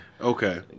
Okay